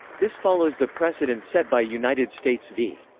this follows the precedent set by united states v.